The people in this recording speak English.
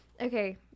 Okay